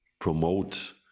promote